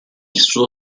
suo